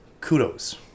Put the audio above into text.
Kudos